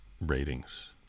ratings